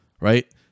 right